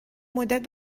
مدت